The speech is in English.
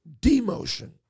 demotion